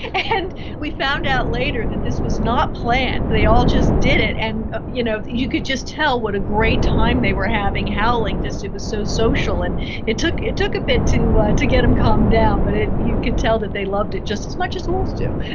and we found out later that this was not planned, they all just did it. and you know you could just tell what a great time they were having howling, it was so social. and it took it took a bit to to get them calmed down, but you could tell that they loved it just as much as wolves do